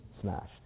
smashed